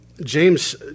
James